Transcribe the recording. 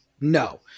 No